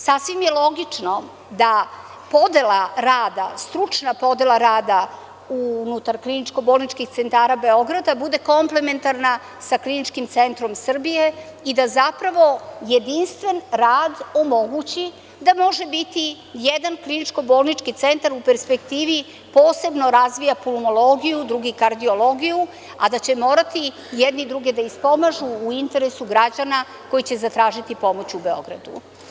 Sasvim je logično da stručna podela rada unutar kliničko-bolničkih centara Beograda bude komplementarna sa Kliničkim centrom Srbije i da zapravo jedinstven rad omogući da može jedan kliničko-bolnički centar u perspektivi posebno da razvija pulmologiju, drugi kardiologiju, a da će morati jedni drugi da ispomažu u interesu građana koji će zatražiti pomoć u Beogradu.